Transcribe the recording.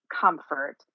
comfort